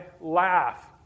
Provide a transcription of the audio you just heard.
laugh